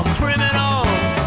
criminals